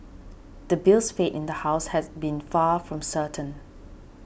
the bill's fate in the House had been far from certain